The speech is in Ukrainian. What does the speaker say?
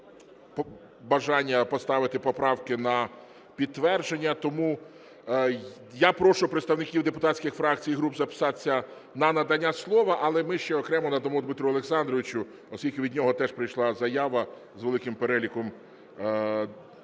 бажання поставити поправки на підтвердження. Тому я прошу представників депутатських фракцій і груп записатися на надання слова. Але ми ще окремо надамо Дмитру Олександровичу, оскільки від нього теж прийшла заява з великим переліком поправок.